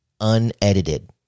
unedited